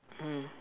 mm